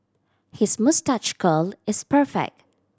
his moustache curl is perfect